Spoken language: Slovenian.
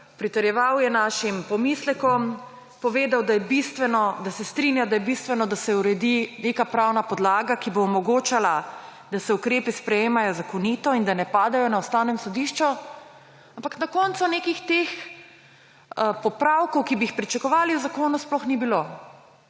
pritrjeval je našim pomislekom, povedal, da se strinja, da je bistveno, da se uredi neka pravna podlaga, ki bo omogočala, da se ukrepi sprejemajo zakonito in da ne padejo na Ustavnem sodišču. Ampak na koncu nekih teh popravkov, ki bi jih pričakovali, v zakonu sploh ni bilo.